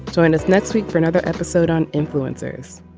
join us next week for another episode on influencers